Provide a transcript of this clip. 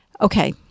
Okay